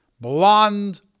blonde